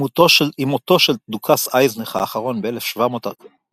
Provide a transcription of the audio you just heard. עם מותו של דוכס אייזנך האחרון ב-1741